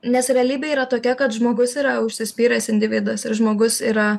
nes realybė yra tokia kad žmogus yra užsispyręs individas ir žmogus yra